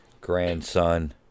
Grandson